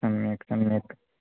सम्यक् सम्यक्